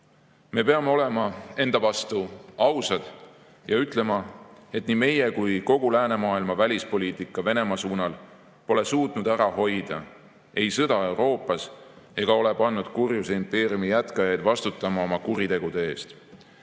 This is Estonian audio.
peame olema enda vastu ausad ja ütlema, et nii meie kui ka kogu läänemaailma välispoliitika Venemaa suunal pole suutnud ära hoida ei sõda Euroopas ega ole pannud kurjuse impeeriumi jätkajaid vastutama oma kuritegude eest.